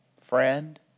friend